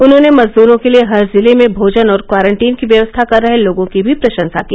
उन्होंने मजदूरों के लिए हर जिले में भोजन और क्वारंटीन की व्यवस्था कर रहे लोगों की भी प्रशंसा की